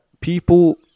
people